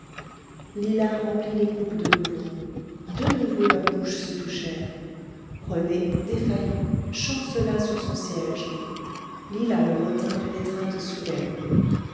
lila remplit les coupes de nouveau de nouveau leurs bouches se touchèrent rené défaillant chancela sur son siège lila le retint d'une étreinte soudaine